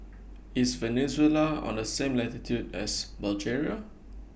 IS Venezuela on The same latitude as Bulgaria